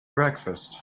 breakfast